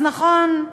אז נכון,